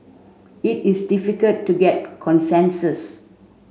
it is difficult to get consensus